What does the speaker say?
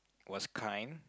was kind